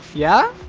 yeah